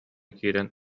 киирэн